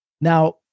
Now